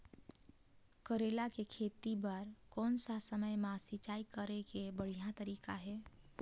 करेला के खेती बार कोन सा समय मां सिंचाई करे के बढ़िया तारीक हे?